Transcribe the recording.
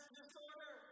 disorder